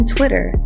Twitter